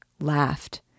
laughed